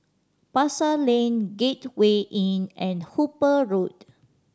Pasar Lane Gateway Inn and Hooper Road